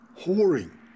whoring